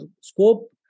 scope